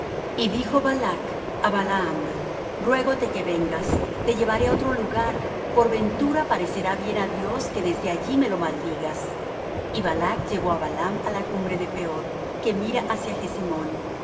y dijo balac á balaam ruégote que vengas te llevaré á otro lugar por ventura parecerá bien á dios que desde allí me lo maldigas y balac llevó á balaam á la cumbre de peor que mira hacia jesimón